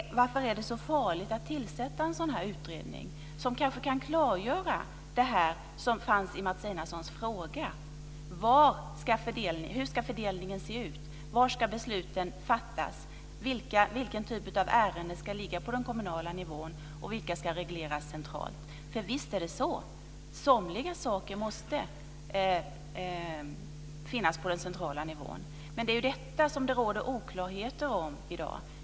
Varför är det så farligt att tillsätta en utredning, Mats Einarsson, som kanske kan klargöra det som fanns i Mats Einarssons fråga? Hur ska fördelningen se ut? Var ska besluten fattas? Vilken typ av ärenden ska ligga på den kommunala nivån, och vilka ska regleras centralt? Visst är det så att somliga saker måste finnas på den centrala nivån. Men det är detta som det råder oklarheter om i dag.